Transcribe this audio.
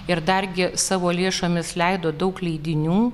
ir dargi savo lėšomis leido daug leidinių